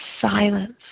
silence